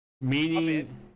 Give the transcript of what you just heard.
Meaning